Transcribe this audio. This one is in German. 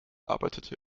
arbeitete